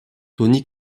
tony